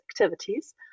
activities